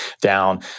down